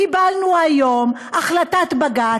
קיבלנו היום החלטת בג"ץ: